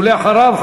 ואחריו,